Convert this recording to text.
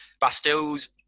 Bastille's